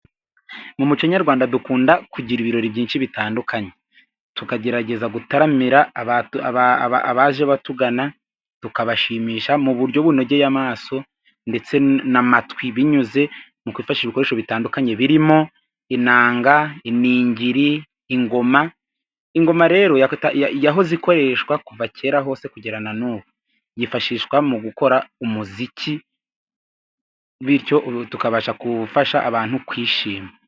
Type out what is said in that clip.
Mu muco nyarwanda dukunda kugira ibirori byinshi bitandukanye. Tukagerageza gutaramira abaje batugana, tukabashimisha mu buryo bunogeye amaso, ndetse n'amatwi binyuze mu gufasha ibikoresho bitandukanye birimo inanga, iningiri, ingoma, ingoma rero yahoze ikoreshwa kuva kera hose kugera nan'ubu yifashishwa mu gukora umuziki, bityo ubu tukabasha kufasha abantu kwishima.